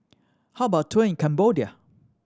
how about a tour in Cambodia